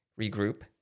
regroup